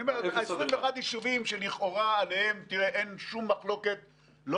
אני אומר ש-21 יישובים שלכאורה עליהם אין שום מחלוקת לא